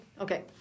Okay